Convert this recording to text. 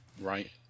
right